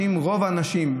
רוב האנשים,